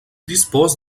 dispose